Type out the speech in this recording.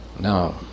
No